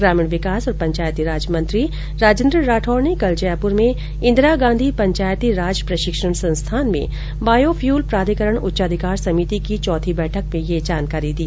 ग्रामीण विकास और पंचायती राज मंत्री राजेन्द्र राठौड ने कल जयपुर में इन्दिरा गांधी पंचायती राज प्रशिक्षण संस्थान में बायोफ्यूल प्राधिकरण उच्चाधिकार समिति की चौथी बैठक में ये जानकारी दी